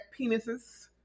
penises